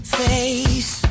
face